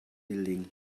building